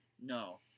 No